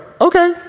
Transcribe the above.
okay